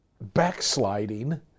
backsliding